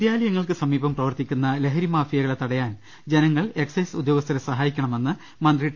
രിയ്ക്ക് ടെയ വിദ്യാലയങ്ങൾക്ക് സമീപം പ്രവർത്തിക്കുന്ന ലഹരി മാഫിയകളെ തട യാൻ ജനങ്ങൾ എക്സൈസ് ഉദ്യോഗസ്ഥരെ സഹായിക്കണമെന്ന് മന്ത്രി ടി